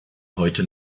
heute